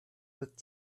with